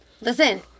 Listen